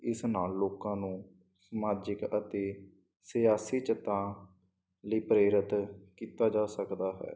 ਇਸ ਨਾਲ ਲੋਕਾਂ ਨੂੰ ਸਮਾਜਿਕ ਅਤੇ ਸਿਆਸੀ ਚਤਾਂ ਲਈ ਪ੍ਰੇਰਿਤ ਕੀਤਾ ਜਾ ਸਕਦਾ ਹੈ